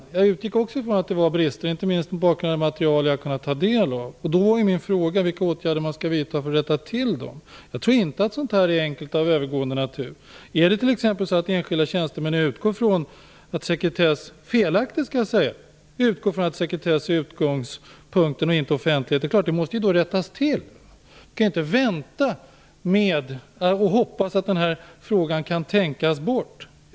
Jag utgick också från att det fanns brister, inte minst mot bakgrund av det material jag har kunnat ta del av. Då är min fråga: Vilka åtgärder skall man vidta för att rätta till bristerna? Jag tror inte att sådant är enkelt och av övergående natur. Utgår t.ex. enskilda tjänstemän felaktigt från att sekretess är utgångspunkten och inte offentligheten, måste det självfallet rättas till. Vi kan inte vänta och hoppas att den här frågan kan tänkas bort.